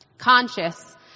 Conscious